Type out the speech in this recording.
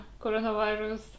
coronavirus